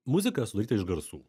muzika sudaryta iš garsų